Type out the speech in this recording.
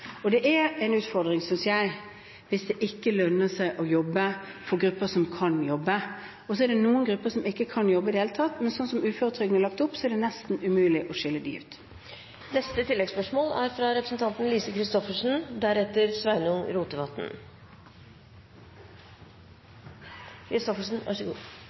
Det er en utfordring, synes jeg, hvis det ikke lønner seg å jobbe, for grupper som kan jobbe. Det er noen grupper som ikke kan jobbe i det hele tatt, men sånn som uføretrygden er lagt opp, er det nesten umulig å skille dem ut. Lise Christoffersen – til oppfølgingsspørsmål. Det er